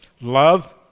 love